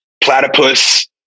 Platypus